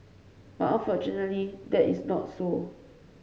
but unfortunately that is not so